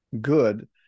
good